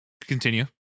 continue